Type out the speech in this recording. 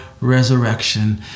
resurrection